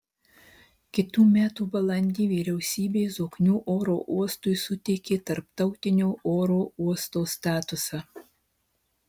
kitų metų balandį vyriausybė zoknių oro uostui suteikė tarptautinio oro uosto statusą